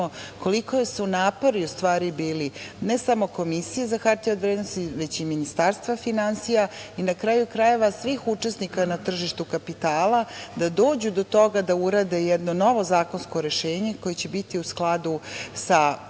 koliko su napori, u stvari, bili, ne samo Komisije za hartije od vrednosti, već i Ministarstva finansija i, na kraju krajeva, svih učesnika na tržištu kapitala, da dođu do toga da urade jedno novo zakonsko rešenje koje će biti u skladu sa